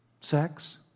sex